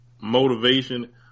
motivation